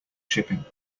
shipping